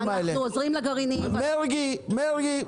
מיכאל, אנחנו עוזרים לגרעינים --- מרגי, מרגי.